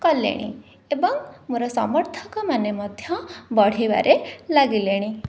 କଲେଣି ଏବଂ ମୋର ସମର୍ଥକ ମାନେ ମଧ୍ୟ ବଢ଼ିବାରେ ଲାଗିଲେଣି